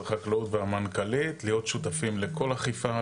החקלאות והמנכ"לית להיות שותפים לכל אכיפה,